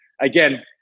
Again